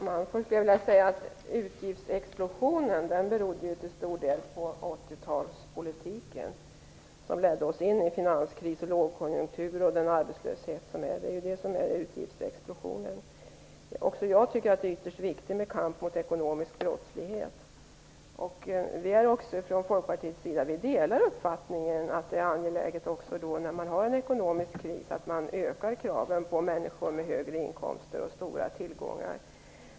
Herr talman! Först vill jag säga att utgiftsexplosionen till stor del beror på 80 talspolitiken. Den ledde oss in i finanskris och lågkonjunktur och den arbetslöshet som råder. Det var ju det som förorsakade utgiftsexplosionen. Också jag tycker att det är ytterst viktigt med kamp mot ekonomisk brottslighet. Vi från Folkpartiet delar uppfattningen att det är angeläget att man vid en ekonomisk kris höjer kraven på människor med högre inkomster och stora tillgångar.